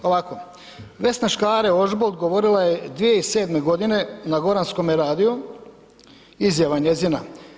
Ovako, Vesna Škare Ožbolt govorila je 2007. godine na Goranskome radiju, izjava njezina.